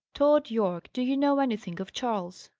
tod yorke, do you know anything of charles?